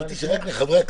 ברור.